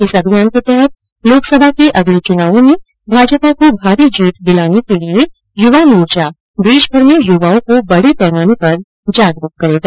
इस अभियान के तहत लोकसभा के अगले चुनावों में भाजपा को भारी जीत दिलाने के लिए युवा मोर्चा देशभर में युवाओं को बड़े पैमाने पर जागरूक करेगा